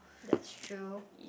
that's true